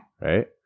Right